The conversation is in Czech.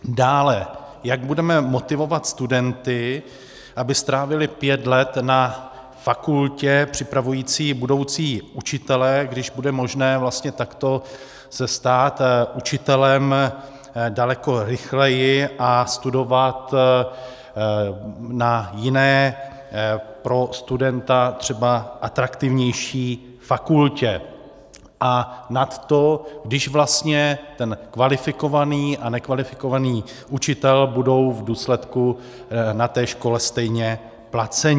Dále, jak budeme motivovat studenty, aby strávili pět let na fakultě připravující budoucí učitele, když bude možné vlastně takto se stát učitelem daleko rychleji a studovat na jiné, pro studenta třeba atraktivnější fakultě, a nad to, když vlastně ten kvalifikovaný a nekvalifikovaný učitel budou v důsledku na té škole stejně placeni?